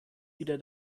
wieder